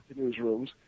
newsrooms